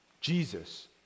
Jesus